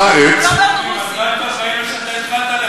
נוהרים, נוהרים.